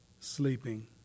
sleeping